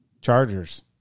Chargers